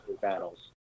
Battles